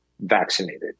vaccinated